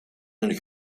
een